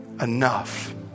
enough